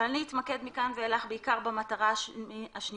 אבל אני אתמקד מכאן ואילך בעיקר במטרה השנייה,